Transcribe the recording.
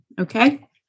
Okay